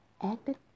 acted